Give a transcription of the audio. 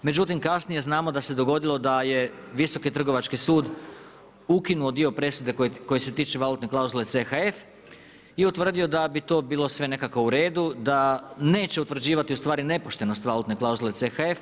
Međutim, kasnije znamo da se dogodilo da je Visoki trgovački sud ukinuo dio presude koji se tiče valutne klauzule CHF i utvrdio da bi to bilo sve nekako u redu da neće utvrđivati u stvari nepoštenost valutne klauzule CHF.